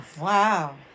Wow